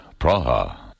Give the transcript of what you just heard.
Praha